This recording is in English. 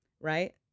right